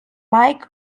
mike